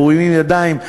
מורידים ידיים.